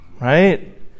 right